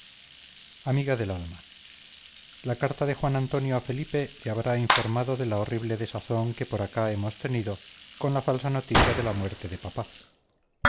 amiga del alma la carta de juan antonio a felipe te habrá informado de la horrible desazón que por acá hemos tenido con la falsa noticia de la muerte de papá